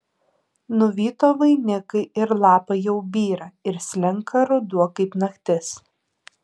nuvyto vainikai ir lapai jau byra ir slenka ruduo kaip naktis